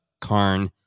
Karn